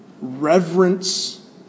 reverence